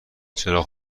چراغ